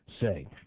say